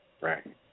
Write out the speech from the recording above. Right